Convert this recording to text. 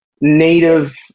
native